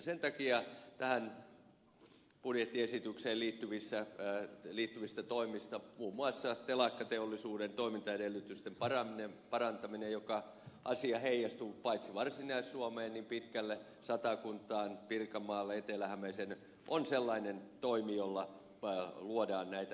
sen takia tähän budjettiesitykseen liittyvistä toimista muun muassa telakkateollisuuden toimintaedellytysten parantaminen joka asia heijastuu paitsi varsinais suomeen pitkälle satakuntaan pirkanmaalle etelä hämeeseen on sellainen toimi jolla luodaan näitä edellytyksiä